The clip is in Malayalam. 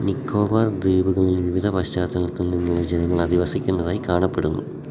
നിക്കോബാർ ദ്വീപുകളിൽ വിവിധ പശ്ചാത്തലത്തിൽ നിന്നുള്ള ജനങ്ങൾ അധിവസിക്കുന്നതായി കാണപ്പെടുന്നു